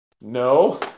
no